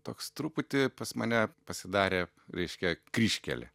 toks truputį pas mane pasidarė reiškia kryžkelė